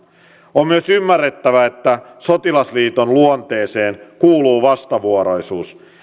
on myös ymmärrettävä että sotilasliiton luonteeseen kuuluu vastavuoroisuus